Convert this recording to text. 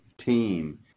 team